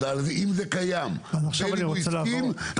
אם זה קיים ואם הוא הסכים,